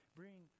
bring